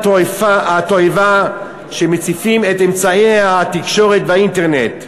התועבה שמציפים את אמצעי התקשורת והאינטרנט.